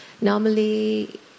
Normally